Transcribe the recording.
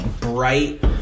bright